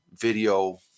video